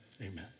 Amen